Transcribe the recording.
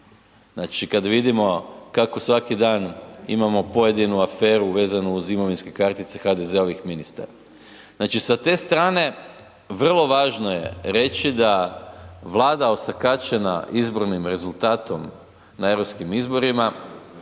Znači kad vidimo kako svaki dan imamo pojedinu aferu vezanu uz imovinske kartice HDZ-ovih ministara. Znači, sa te strane vrlo važno je reći da vlada osakaćena izbornim rezultatom na europskim izborima